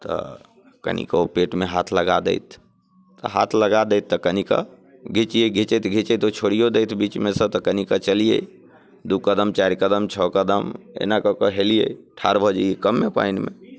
तऽ कनि कऽ ओ पेटमे हाथ लगा देथि तऽ हाथ लगा देथि तऽ कनि कऽ घीचियै घीचैत घीचैत ओ छोड़ियो दैथ बीचमे सँ तऽ कनिके चलियै दू कदम चारि कदम छओ कदम एना कऽ कऽ हेलियै ठाढ़ भऽ जैयै कमे पानिमे